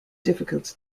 difficult